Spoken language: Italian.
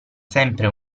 sempre